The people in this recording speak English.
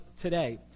today